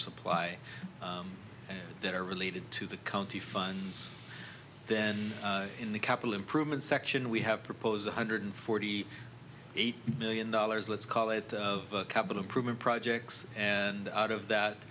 supply that are related to the county funds then in the capital improvement section we have proposed one hundred forty eight million dollars let's call it of capital improvement projects and out of that